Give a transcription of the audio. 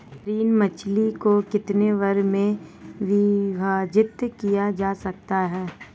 Marine मछलियों को कितने वर्गों में विभाजित किया जा सकता है?